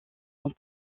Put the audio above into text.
son